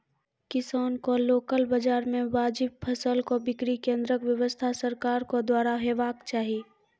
किसानक लोकल बाजार मे वाजिब फसलक बिक्री केन्द्रक व्यवस्था सरकारक द्वारा हेवाक चाही?